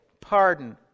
Pardon